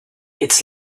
its